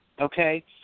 okay